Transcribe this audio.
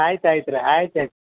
ಆಯ್ತು ಆಯ್ತ್ರೀ ಆಯ್ತು ಆಯ್ತು